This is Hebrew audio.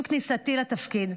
עם כניסתי לתפקיד,